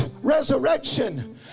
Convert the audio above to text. resurrection